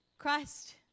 Christ